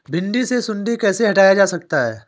भिंडी से सुंडी कैसे हटाया जा सकता है?